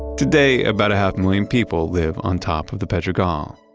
today, about a half million people live on top of the pedregal.